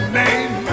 name